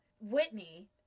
Whitney